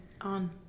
on